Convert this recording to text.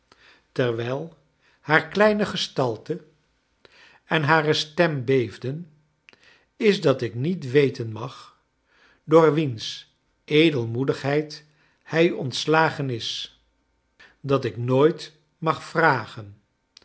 terwijl haar kleine gestalte en hare stem beef den is dat ik niet we ten mag door wiens edelmoedigheid hij ontslagen is dat ik nooit mag vragen